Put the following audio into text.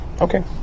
okay